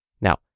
Now